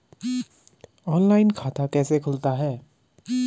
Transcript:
Online खाता कैसे खुलता है?